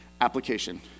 Application